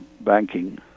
banking